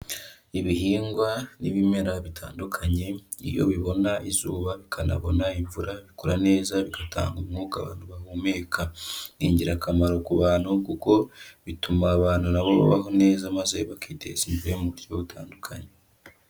Ibihingwa n'ibimera bitandukanye iyo bibona izuba, bikanabona imvura, bikura neza bigatanga umwuka abantu bahumeka. Ni ingirakamaro ku bantu kuko bituma abantu na bo babaho neza, maze bakiteza imbere mu buryo butandukanye.